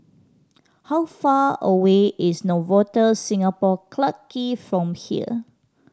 how far away is Novotel Singapore Clarke Quay from here